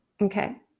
Okay